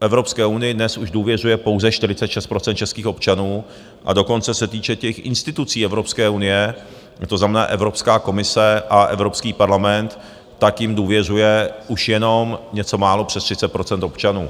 Evropské unii dnes už důvěřuje pouze 46 % českých občanů, a dokonce co se týče těch institucí Evropské unie, to znamená Evropská komise a Evropský parlament, tak jim důvěřuje už jenom něco málo přes 30 % občanů.